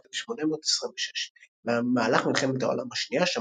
בשנת 1826. במהלך מלחמת העולם השנייה,